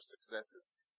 successes